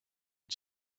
had